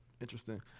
interesting